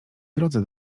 drodze